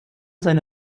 seine